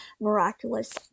miraculous